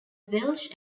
welsh